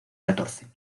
catorce